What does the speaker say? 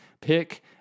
pick